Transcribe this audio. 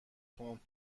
تند